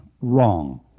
wrong